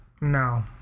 No